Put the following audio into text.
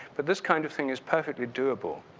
but this kind of thing is perfectly doable.